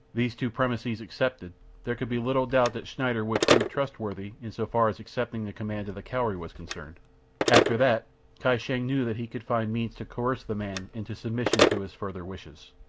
these two premises accepted there could be little doubt that schneider would prove trustworthy in so far as accepting the command of the cowrie was concerned after that kai shang knew that he could find means to coerce the man into submission to his further wishes.